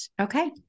Okay